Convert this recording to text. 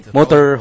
Motor